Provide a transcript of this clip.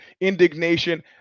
indignation